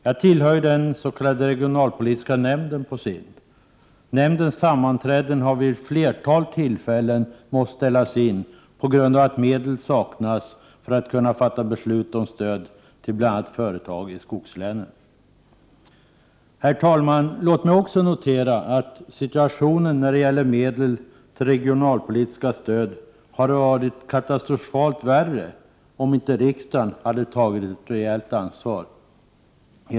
Jag tillhör den regionalpolitiska nämnden på SIND. Nämndens sammanträden har vid ett flertal tillfällen måst ställas in, eftersom man, på grund av att medel saknas, inte kunnat fatta beslut om stöd till bl.a. företag i skogslänen. Herr talman! Låt mig också notera att situationen beträffande medel till regionalpolitiska stöd hade varit katastrofalt värre om inte riksdagen hade tagit ett rejält ansvar.